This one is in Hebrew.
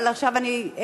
אבל עכשיו אני,